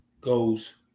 goes